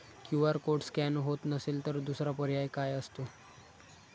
QR code scan होत नसेल तर दुसरा पर्याय काय असतो?